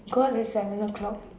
because it's seven o-clock